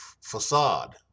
facade